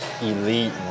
elite